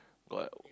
got